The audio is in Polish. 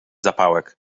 zapałek